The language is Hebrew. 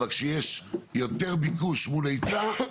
אבל כשיש יותר ביקוש מול היצע,